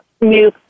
new